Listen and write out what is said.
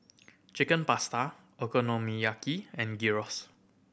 Chicken Pasta Okonomiyaki and Gyros